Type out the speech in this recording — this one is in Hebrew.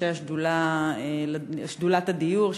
ראשי שדולת הדיור,